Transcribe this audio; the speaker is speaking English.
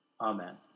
Amen